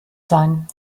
sein